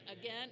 again